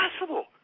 impossible